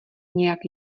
nějak